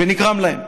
ונגרם להם,